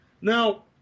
Now